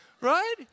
right